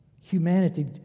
humanity